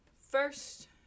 First